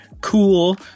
cool